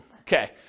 okay